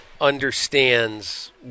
understands